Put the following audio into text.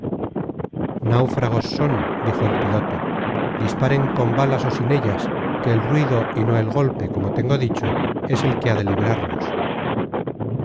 náufragos son dijo el piloto disparen con balas ó sin ellas que el ruido y no el golpe como tengo dicho es el que ha de librarnos